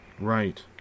Right